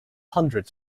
hundred